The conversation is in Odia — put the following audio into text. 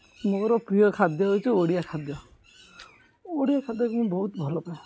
ମୋର ପ୍ରିୟ ଖାଦ୍ୟ ହଉଚି ଓଡ଼ିଆ ଖାଦ୍ୟ ଓଡ଼ିଆ ଖାଦ୍ୟକୁ ମୁଁ ବହୁତ ଭଲପାଏ